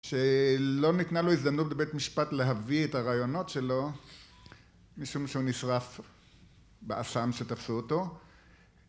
שלא ניתנה לו הזדמנות בבית משפט להביא את הרעיונות שלו משום שהוא נשרף באסם שתפסו אותו